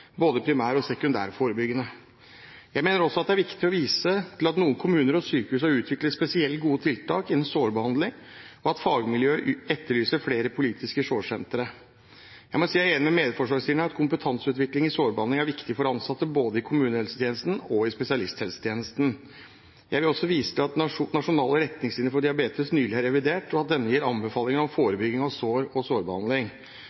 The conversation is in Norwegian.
både primær- og sekundærforebygging. Jeg mener også at det er viktig å vise til at noen kommuner og sykehus har utviklet spesielt gode tiltak innen sårbehandling, og at fagmiljøet etterlyser flere polikliniske sårsentre. Jeg må si jeg er enig med forslagsstillerne i at kompetanseutvikling i sårbehandling er viktig for ansatte både i kommunehelsetjenesten og i spesialisthelsetjenesten. Jeg vil også vise til at nasjonal retningslinje for diabetes nylig er revidert, og at denne gir anbefalinger om